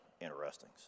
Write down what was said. interesting